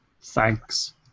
Thanks